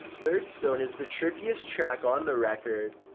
third stone is the trippiest track on the record,